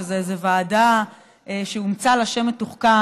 שזו איזו ועדה שהומצא לה שם מתוחכם,